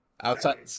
outside